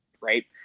right